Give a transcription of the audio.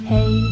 Hey